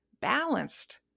balanced